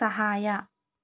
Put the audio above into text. ಸಹಾಯ